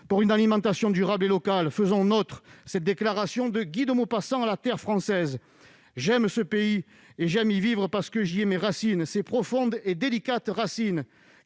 Pour une alimentation durable et locale, faisons nôtre cette déclaration de Guy de Maupassant à la terre française :« J'aime ce pays, et j'aime y vivre parce que j'y ai mes racines, ces profondes et délicates racines,